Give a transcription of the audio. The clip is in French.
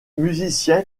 musicien